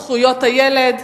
זכויות הילד.